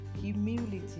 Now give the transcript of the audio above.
humility